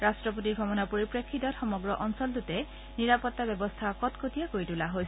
ৰাট্টপতিৰ স্ৰমণৰ পৰিপ্ৰেফিতত সমগ্ৰ অঞ্চলটোতে নিৰাপত্তা ব্যৱস্থা কটকটীয়া কৰি তোলা হৈছে